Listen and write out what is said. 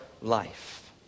life